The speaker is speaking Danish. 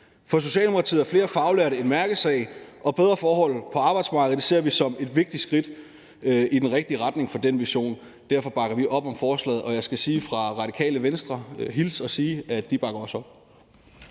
For Socialdemokratiet er flere faglærte en mærkesag, og bedre forhold på arbejdsmarkedet ser vi som et vigtigt skridt i den rigtige retning for den vision. Derfor bakker vi op om forslaget. Og jeg skal hilse og sige fra Radikale Venstre, at de også bakker op.